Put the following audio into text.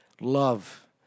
Love